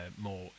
more